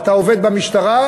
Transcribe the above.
אתה עובד במשטרה,